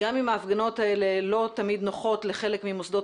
גם אם ההפגנות האלה לא תמיד נוחות לחלק ממוסדות